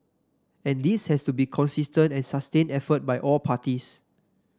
and this has to be consistent and sustained effort by all parties